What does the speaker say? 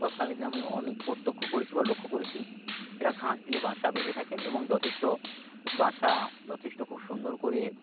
তৎকালীন দিনে আমি পোত্যক্ষ করেছি বা লক্ষ্য করেছি এরা ঘাঁস দিয়ে বাসা বেঁধে থাকেন এবং যথেষ্ট বাঁসা যথেষ্ট খুব সুন্দর করে